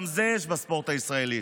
גם זה קיים בספורט הישראלי.